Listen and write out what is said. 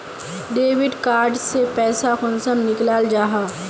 Debit card से पैसा कुंसम निकलाल जाहा?